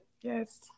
Yes